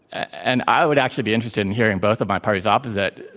and i would actually be interested in hearing both of my parties opposite.